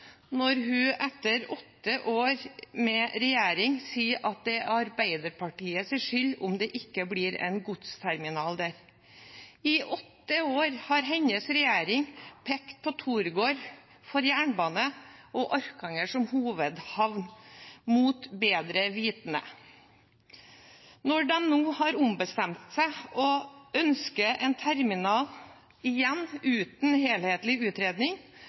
etter åtte år med regjeringsmakten, sier at det er Arbeiderpartiets skyld om det ikke blir en godsterminal der. I åtte år har hennes regjering pekt på Torgård for jernbane og Orkanger som hovedhavn, mot bedre vitende. Når de nå har ombestemt seg og ønsker en terminal på Heggstadmoen – igjen uten en helhetlig utredning